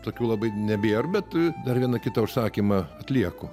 tokių labai nebėr bet dar vieną kitą užsakymą atlieku